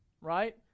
right